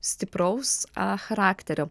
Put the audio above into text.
stipraus a charakterio